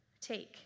Take